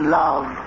love